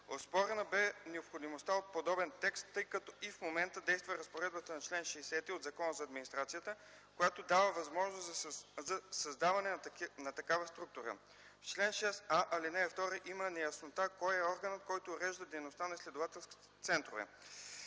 Оспорена бе необходимостта от подобен текст, тъй като и в момента действа разпоредбата на чл. 60 от Закона за администрацията, която дава възможност за създаването на такива структури. В чл. 6а, ал. 2 има неяснота кой е органът, който урежда дейността на изследователските центрове